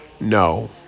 No